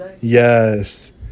Yes